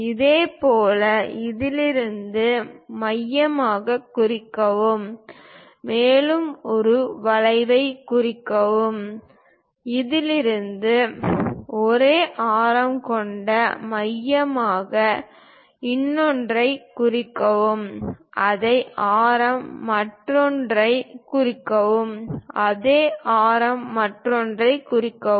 இதேபோல் இதிலிருந்து மையமாக குறிக்கவும் மேலும் ஒரு வளைவைக் குறிக்கவும் இதிலிருந்து ஒரே ஆரம் கொண்ட மையமாக இன்னொன்றைக் குறிக்கவும் அதே ஆரம் மற்றொன்றைக் குறிக்கவும் அதே ஆரம் மற்றொன்றைக் குறிக்கவும்